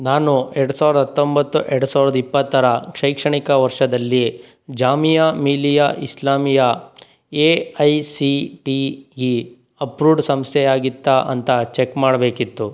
ನಾನು ಎರಡು ಸಾವಿರದ ಹತ್ತೊಂಬತ್ತು ಎರಡು ಸಾವಿರದ ಇಪ್ಪತ್ತರ ಶೈಕ್ಷಣಿಕ ವರ್ಷದಲ್ಲಿ Jamia Millia Islamia A I C T E approved ಸಂಸ್ಥೆಯಾಗಿತ್ತಾ ಅಂತ ಚೆಕ್ ಮಾಡಬೇಕಿತ್ತು